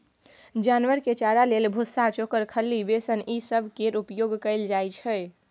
जानवर के चारा लेल भुस्सा, चोकर, खल्ली, बेसन ई सब केर उपयोग कएल जाइ छै